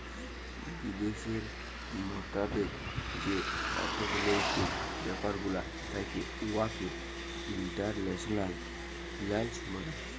বিদ্যাশের মতাবেক যে অথ্থলৈতিক ব্যাপার গুলা থ্যাকে উয়াকে ইল্টারল্যাশলাল ফিল্যাল্স ব্যলে